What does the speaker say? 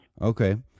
Okay